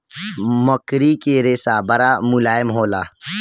मकड़ी के रेशा बड़ा मुलायम होला